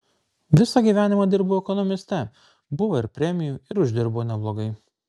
visą gyvenimą dirbau ekonomiste buvo ir premijų ir uždirbau neblogai